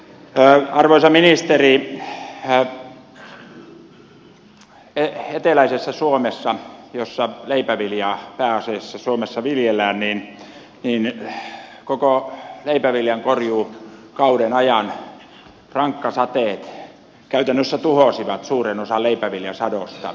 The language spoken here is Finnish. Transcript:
arvoisa ministeri eteläisessä suomessa jossa leipäviljaa pääasiassa suomessa viljellään koko leipäviljan korjuukauden ajan rankkasateet käytännössä tuhosivat suuren osan leipäviljan sadosta